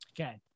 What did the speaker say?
Okay